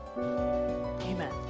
Amen